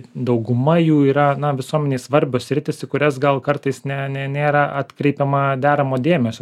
dauguma jų yra na visuomenei svarbios sritys į kurias gal kartais ne ne nėra atkreipiama deramo dėmesio